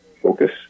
focus